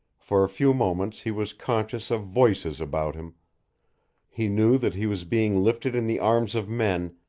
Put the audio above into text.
for a few moments he was conscious of voices about him he knew that he was being lifted in the arms of men,